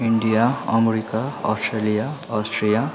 India America Australia Austria